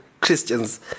Christians